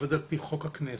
עובד על פי חוק הכנסת.